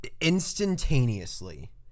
instantaneously